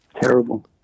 terrible